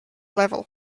level